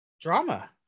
drama